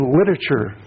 literature